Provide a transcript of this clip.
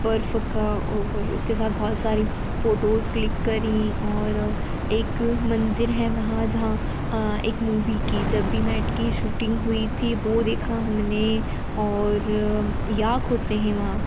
बर्फ़ का वो और उसके साथ बहुत सारी फोटोज़ क्लिक करीं और एक मंदिर हैं वहाँ जहाँ एक मूवी की जब वी मैट की शूटिंग हुई थी वह देखा हमने और याक होते हैं वहाँ